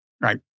Right